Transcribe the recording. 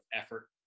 effort